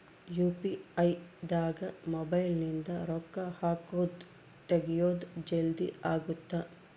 UPI ದಾಗ mobile ನಿಂದ ರೊಕ್ಕ ಹಕೊದ್ ತೆಗಿಯೊದ್ ಜಲ್ದೀ ಅಗುತ್ತ